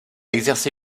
exercé